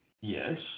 Yes